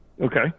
Okay